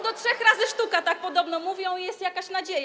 Do trzech razy sztuka, tak podobno mówią, i jest jakaś nadzieja.